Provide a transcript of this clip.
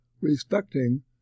respecting